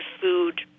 food